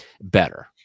better